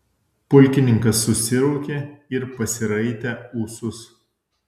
pulkininkas susiraukė ir pasiraitę ūsus